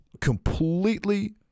completely